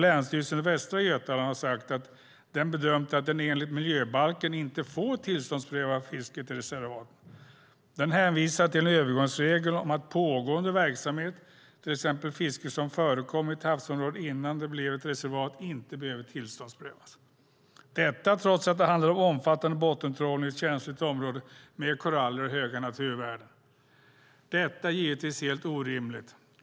Länsstyrelsen i Västra Götaland har sagt att den bedömt att den enligt miljöbalken inte får tillståndspröva fisket i reservaten. Den hänvisar till en övergångsregel om att pågående verksamhet, till exempel fiske som förekom i ett havsområde innan det blev ett reservat, inte behöver tillståndsprövas, detta trots att det handlar om omfattande bottentrålning i ett känsligt område med koraller och stora naturvärden. Detta är givetvis helt orimligt.